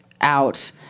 out